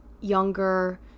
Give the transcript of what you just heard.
younger